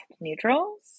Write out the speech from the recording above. neutrals